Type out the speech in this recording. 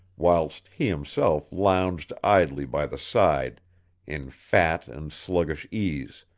whilst he himself lounged idly by the side in fat and sluggish ease,